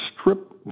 strip